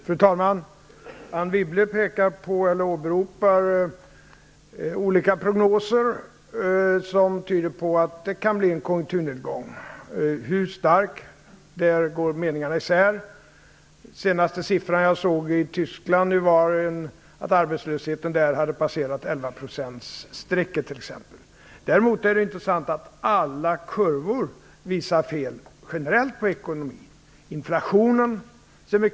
Fru talman! Anne Wibble åberopar olika prognoser som tyder på att det kan bli en konjunkturnedgång. I fråga om hur stark den blir går meningarna isär. Den senaste siffran jag såg för Tyskland är att arbetslösheten där passerat 11-procentsstrecket t.ex. Däremot är det inte sant att alla kurvor visar fel generellt när det gäller ekonomin.